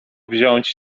wziąć